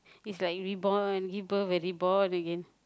is like reborn give birth and reborn again